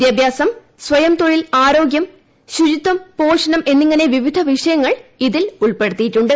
വിദ്യാഭ്യാസം സ്വയംതൊഴിൽ ആരോഗ്യം ശുചിത്വം പോഷണം എന്നിങ്ങനെ വിവിധ വിഷയങ്ങൾ ഇതിൽ ഉൾപ്പെടുത്തിയിട്ടുണ്ട്